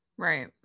right